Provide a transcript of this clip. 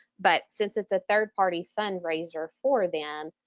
but since it's a third party fundraiser for them,